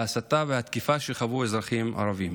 ההסתה והתקיפה שחוו אזרחים ערבים.